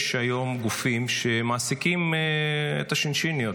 שיש היום גופים שמעסיקים את השינשיניות,